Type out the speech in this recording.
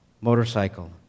motorcycle